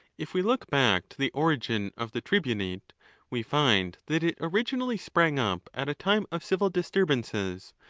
if we look back to the origin of the tribunate, we find that it originally sprang up at a time of civil disturbances,